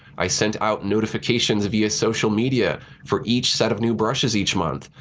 i sent out notifications via social media for each set of new brushes each month.